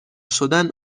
شدن